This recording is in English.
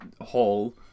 hall